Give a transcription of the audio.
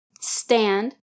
stand